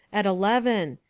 at eleven.